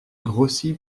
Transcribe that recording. grossi